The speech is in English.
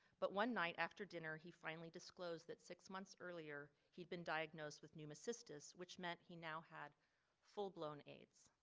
but one night after dinner, he finally disclosed that six months earlier, he'd been diagnosed with pneumocystis, which meant he now had full blown aids.